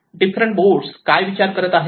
different board काय विचार करत आहे